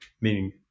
Meaning